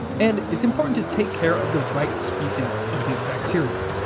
and it's important to take care of the right species of these bacteria.